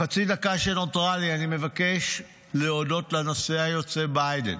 בחצי הדקה שנותרה לי אני מבקש להודות לנשיא היוצא ביידן.